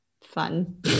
fun